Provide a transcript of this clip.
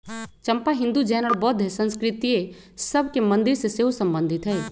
चंपा हिंदू, जैन और बौद्ध संस्कृतिय सभ के मंदिर से सेहो सम्बन्धित हइ